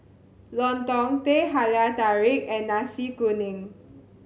lontong Teh Halia Tarik and Nasi Kuning